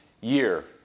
year